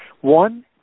One